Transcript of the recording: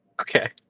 Okay